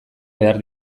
behar